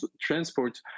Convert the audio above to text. transport